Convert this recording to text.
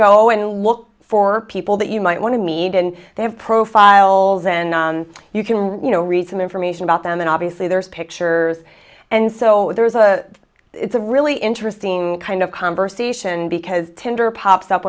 go and look for people that you might want to meet and they have profiles and you can you know recent information about them and obviously there's pictures and so there's a it's a really interesting kind of conversation because tinder pops up